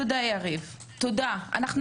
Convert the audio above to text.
תודה, יריב.